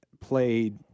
played